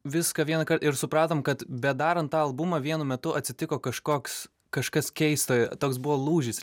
viską vienąkart ir supratom kad bedarant tą albumą vienu metu atsitiko kažkoks kažkas keisto toks buvo lūžis